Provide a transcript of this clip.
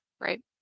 Right